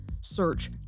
Search